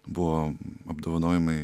buvo apdovanojimai